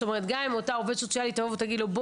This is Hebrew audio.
גם אם אותה עובדת סוציאלית תבוא ותגיד לו,